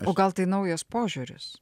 o gal tai naujas požiūris